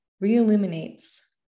re-illuminates